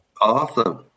Awesome